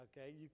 Okay